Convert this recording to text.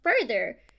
further